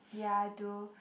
yeah I do